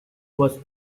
was